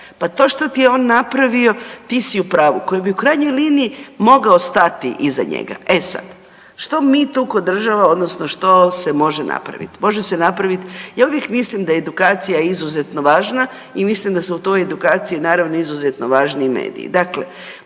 pa to što ti je on napravio ti si u pravu, koji bi u krajnjoj liniji mogao stati iza njega. E sad, što mi tu ko država odnosno što se može napravit? Može se napravit, ja uvijek mislim da je edukacija izuzetno važna i mislim da su u toj edukaciji naravno izuzetno važni i mediji.